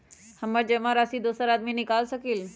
हमरा जमा राशि दोसर आदमी निकाल सकील?